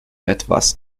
etwas